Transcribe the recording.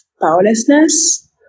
powerlessness